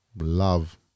love